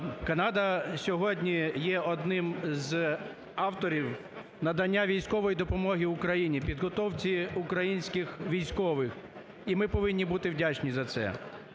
Канада сьогодні є одним з авторів надання військової допомоги Україні, підготовці українських військових і ми повинні бути вдячні за це.